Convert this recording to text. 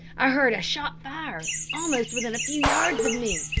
i heard a shot fired, almost within a few yards of me,